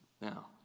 Now